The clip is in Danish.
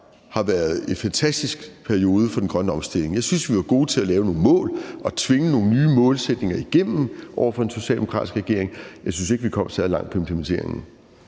har været en fantastisk periode for den grønne omstilling. Jeg synes, vi var gode til at lave nogle mål og tvinge nogle nye målsætninger igennem over for den socialdemokratiske regering, men jeg synes ikke, vi kom særlig langt med implementeringen.